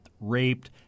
raped